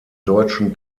deutschen